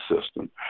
system